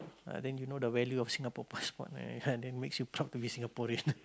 ah then you know the value of Singapore passport ya then makes you proud to be Singaporean